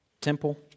temple